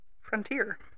Frontier